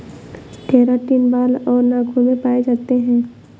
keratin बाल और नाखून में पाए जाते हैं